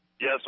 Yes